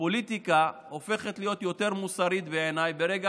פוליטיקה הופכת להיות יותר מוסרית בעיניי ברגע